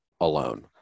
alone